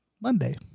Monday